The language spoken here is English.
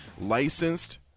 Licensed